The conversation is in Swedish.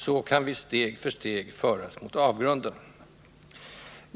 Så kan vi steg för steg föras mot avgrunden.